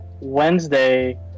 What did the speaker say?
Wednesday